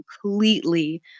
completely